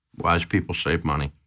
wise people save money,